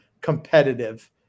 competitive